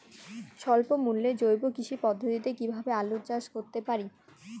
স্বল্প মূল্যে জৈব কৃষি পদ্ধতিতে কীভাবে আলুর চাষ করতে পারি?